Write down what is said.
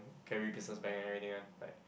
carry business bag and everything one like